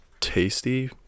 tasty